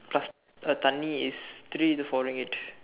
plus uh thanni is three to four Ringgit